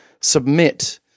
submit